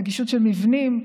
נגישות של מבנים,